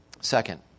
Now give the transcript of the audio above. Second